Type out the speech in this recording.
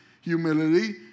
humility